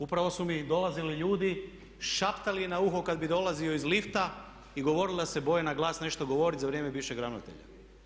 Upravo su mi dolazili ljudi, šaptali na uho kad bih dolazio iz lifta i govorili da se boje na glas nešto govoriti za vrijeme bivšeg ravnatelja.